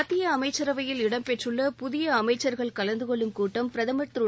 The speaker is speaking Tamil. மத்திய அமைச்சரவையில் இடம்பெற்றுள்ள புதிய அமைச்சர்கள் கலந்து கொள்ளும் கூட்டம் பிரதமர் திரு